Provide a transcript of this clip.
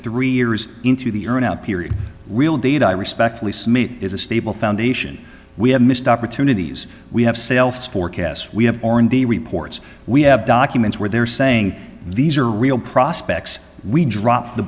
three years into the earn out period real data i respectfully submit is a stable foundation we have missed opportunities we have sales forecasts we have are in the reports we have documents where they're saying these are real prospects we dropped the